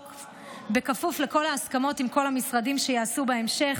בכפוף לכל ההסכמות עם כל המשרדים שייעשו בהמשך,